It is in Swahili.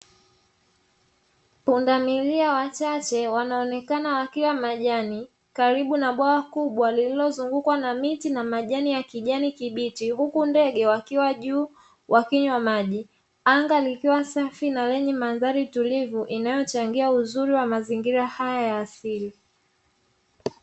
Pundamilia wachache wanaonekana wakila majani, karibu na bwawa kubwa lililozungukwa na miti na majani ya kijani kibichi, huku ndege wakiwa juu wakinywa maji. Anga likiwa safi na lenye mandhari tulivu inayochangia uzuri wa mazingira haya ya asili.